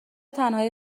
تنهایی